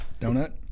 donut